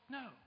no